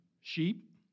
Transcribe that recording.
sheep